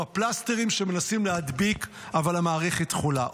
עם הפלסטרים שמנסים להדביק, אבל המערכת חולה.